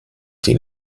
die